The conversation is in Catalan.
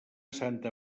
santa